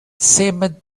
seemed